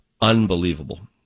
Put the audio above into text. Unbelievable